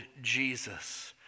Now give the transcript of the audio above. Jesus